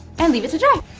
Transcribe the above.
and leave it to dry!